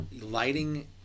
lighting